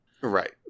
Right